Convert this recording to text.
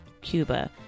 Cuba